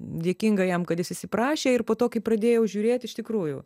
dėkinga jam kad jis įsiprašė ir po to kai pradėjau žiūrėt iš tikrųjų